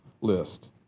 list